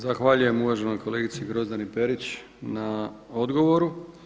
Zahvaljujem uvaženoj kolegici Grozdani Perić na odgovoru.